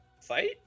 fight